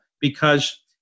because-